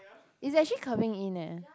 is actually curving in eh